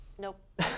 Nope